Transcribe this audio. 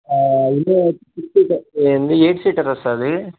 Innova six seater ఏంటి eight seater వస్తుంది